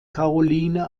karoline